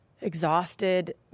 exhausted